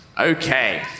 Okay